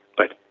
but.